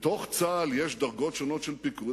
יש דרגות שונות של פיקוד,